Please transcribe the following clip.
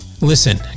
Listen